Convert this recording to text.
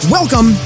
Welcome